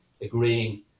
agreeing